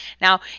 Now